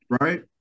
right